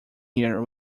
here